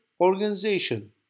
organization